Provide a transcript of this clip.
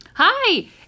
Hi